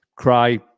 cry